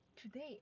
today